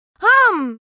Hum